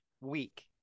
week